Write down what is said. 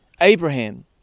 Abraham